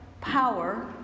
power